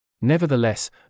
Nevertheless